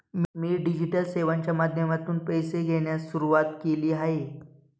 मी digital सेवांच्या माध्यमातून पैसे घेण्यास सुरुवात केली आहे